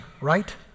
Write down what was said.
right